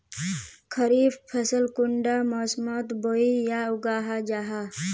खरीफ फसल कुंडा मोसमोत बोई या उगाहा जाहा?